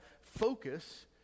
focus